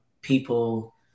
people